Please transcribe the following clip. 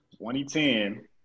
2010